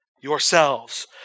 yourselves